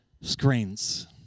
screens